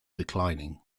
declining